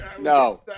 No